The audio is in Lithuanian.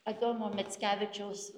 adomo mickevičiaus